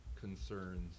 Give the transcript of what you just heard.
concerns